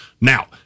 Now